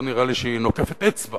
לא נראה לי שהיא נוקפת אצבע